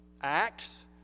Acts